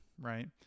right